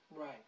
right